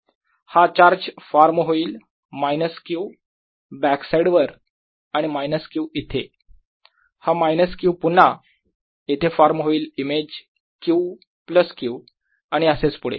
हा charge form होईल minus Q back side वर आणि मायनस Q इथे हा मायनस Q पुन्हा इथे फॉर्म होईल image Q plus plus Q आणि असेच पुढे